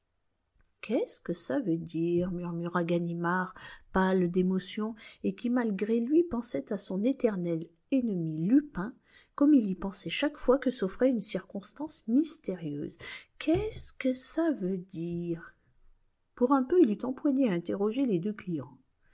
qu'est-ce que ça veut dire murmura ganimard pâle d'émotion et qui malgré lui pensait à son éternel ennemi lupin comme il y pensait chaque fois que s'offrait une circonstance mystérieuse qu'est-ce que ça veut dire pour un peu il eût empoigné et interrogé les deux clients